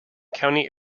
county